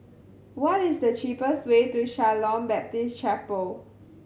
what is the cheapest way to Shalom Baptist Chapel